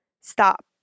stop